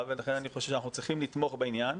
ולכן אני חושב שאנחנו צריכים לתמוך בזה.